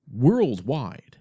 worldwide